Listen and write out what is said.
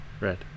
Red